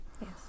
Yes